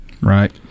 Right